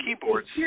keyboards